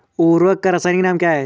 उर्वरक का रासायनिक नाम क्या है?